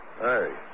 Hey